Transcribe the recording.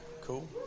Cool